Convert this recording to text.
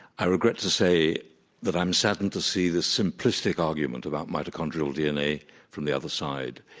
i regret to say that i'm saddened to see the simplistic argument about mitochondrial dna from the other side.